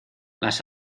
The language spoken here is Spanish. las